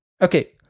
Okay